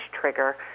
trigger